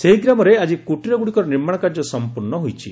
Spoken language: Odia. ସେହି ଗ୍ରାମରେ ଆଜି କ୍ରିଟରଗୁଡ଼ିକର ନିର୍ମାଣ କାର୍ଯ୍ୟ ସମ୍ପର୍ଶ୍ଣ ହୋଇଛି